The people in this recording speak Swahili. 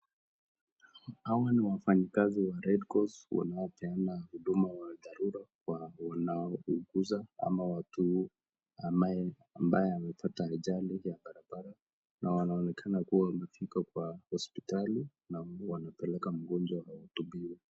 Hawa ni wafanyikazi wa [redcross] wanaopena huduma ya dharura kwa wanaouguza ama watu ambaye wamepata ajali ya barabara na wanaonekana kuwa wako katika hospitali na wanapepeka mgonjwa kuhudumiwa.